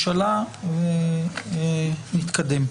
הממשלה, ונתקדם.